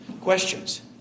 Questions